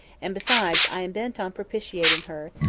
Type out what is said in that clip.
and besides i am bent on propitiating her,